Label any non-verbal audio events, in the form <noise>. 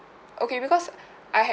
okay because <breath> I had